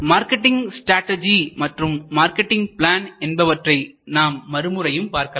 marketing strategy மற்றும் marketing plan என்பவற்றை நாம் மறுமுறையும் பார்க்கலாம்